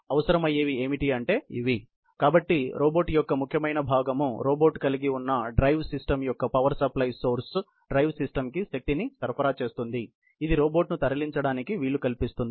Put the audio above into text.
అవసరమయ్యేవి ఏమిటి అంటే ఇవి కాబట్టి రోబోట్ యొక్క ముఖ్యమైన భాగం రోబోట్ కలిగి ఉన్న డ్రైవ్ సిస్టమ్ యొక్క power supply source drive system శక్తిని సరఫరా చేస్తుంది ఇది రోబోట్ను తరలించడానికి వీలు కల్పిస్తుంది